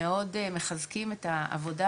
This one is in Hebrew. מאוד מחזקים את העבודה,